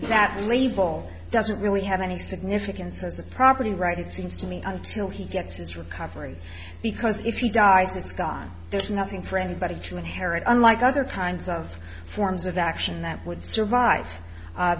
that label doesn't really have any significance as a property right it seems to me until he gets his recovery because if he dies it's gone there's nothing for anybody to inherit unlike other kinds of forms of action that would survive